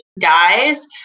guys